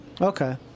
Okay